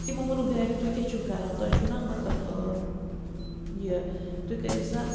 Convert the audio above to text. تِمو ووٚنُکھ گَرِ تُہۍ کیٛاہ چھُو کَران تۄہہِ چھُو نا مطلب یہِ تُہۍ کٔرِو سا